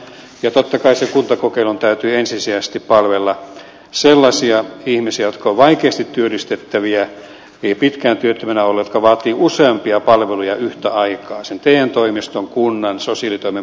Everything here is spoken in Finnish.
ja totta kai sen kuntakokeilun täytyy ensisijaisesti palvella sellaisia ihmisiä jotka ovat vaikeasti työllistettäviä pitkään työttömänä olleita jotka vaativat useampia palveluja yhtä aikaa sen te toimiston kunnan ja sosiaalitoimen palveluja